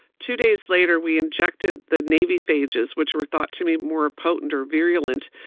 two days later, we injected the navy phages, which were thought to be more potent or virulent,